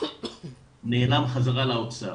נעלם חזרה לאוצר.